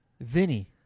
Vinny